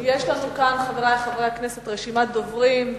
יש לנו כאן, חברי חברי הכנסת, רשימת דוברים.